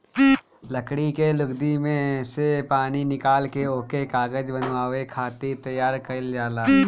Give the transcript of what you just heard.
लकड़ी के लुगदी में से पानी निकाल के ओके कागज बनावे खातिर तैयार कइल जाला